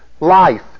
life